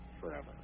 forever